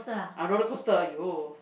a roller coaster !aiyo!